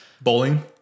Bowling